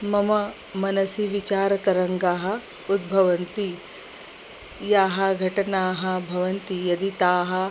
मम मनसि विचारतरङ्गाः उद्भवन्ति याः घटनाः भवन्ति यदि ताः